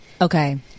Okay